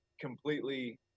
completely